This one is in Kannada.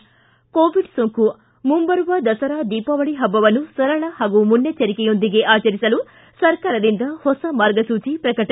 ಿ ಕೋವಿಡ್ ಸೋಂಕು ಮುಂಬರುವ ದಸರಾ ದೀಪಾವಳಿ ಹಬ್ಬವನ್ನು ಸರಳ ಹಾಗೂ ಮುನ್ನೆಚ್ವರಿಕೆಯೊಂದಿಗೆ ಆಚರಿಸಲು ಸರ್ಕಾರದಿಂದ ಹೊಸ ಮಾರ್ಗಸೂಚಿ ಪ್ರಕಟ